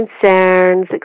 concerns